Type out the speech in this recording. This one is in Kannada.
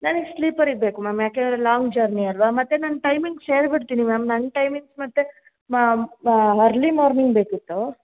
ನನಗ್ ಸ್ಲೀಪರ್ ಇರಬೇಕು ಮ್ಯಾಮ್ ಯಾಕೆ ಅಂದರೆ ಲಾಂಗ್ ಜರ್ನಿ ಅಲ್ವಾ ಮತ್ತು ನನ್ನ ಟೈಮಿಂಗ್ಸ್ ಹೇಳಿಬಿಡ್ತೀನಿ ಮ್ಯಾಮ್ ನನ್ನ ಟೈಮಿಂಗ್ಸ್ ಮತ್ತು ಮಾ ಅರ್ಲಿ ಮಾರ್ನಿಂಗ್ ಬೇಕಿತ್ತು